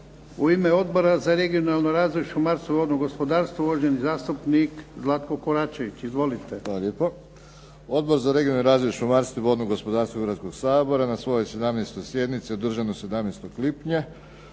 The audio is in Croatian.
U ime Odbora za regionalni razvoj, šumarstvo i vodno gospodarstvo uvaženi zastupnik Zlatko Koračević. Izvolite. **Koračević, Zlatko (HNS)** Hvala lijepo. Odbor za regionalni razvoj, šumarstvo i vodno gospodarstvo Hrvatskog sabora na svojoj 17. sjednici održanoj 17. lipnja